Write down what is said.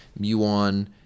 muon